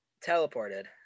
teleported